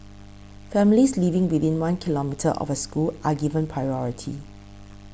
families living within one kilometre of a school are given priority